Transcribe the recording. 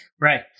right